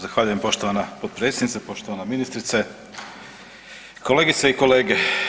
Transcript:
Zahvaljujem poštovana potpredsjednice, poštovana ministrice, kolegice i kolege.